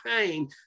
pain